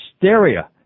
hysteria